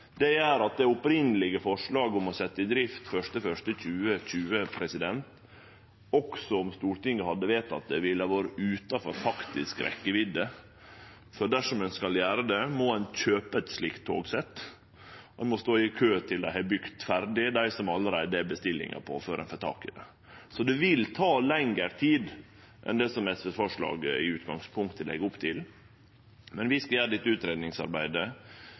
Det gjer at det opphavlege forslaget om å setje det i drift 1. januar 2020, også om Stortinget hadde vedteke det, ville ha vore utanfor faktisk rekkjevidd, for dersom ein skal gjere det, må ein kjøpe eit slikt togsett, og ein må stå i kø til dei har bygd ferdig dei som allereie er bestilte, før ein får tak i det. Så det vil ta lengre tid enn det som forslaget frå SV i utgangspunktet legg opp til. Men vi skal gjere dette